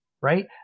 right